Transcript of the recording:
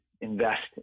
invest